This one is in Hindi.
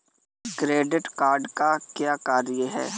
क्रेडिट कार्ड का क्या कार्य है?